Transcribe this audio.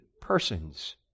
persons